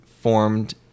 formed